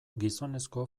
gizonezko